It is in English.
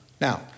now